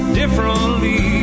differently